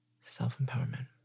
self-empowerment